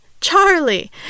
Charlie